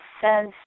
says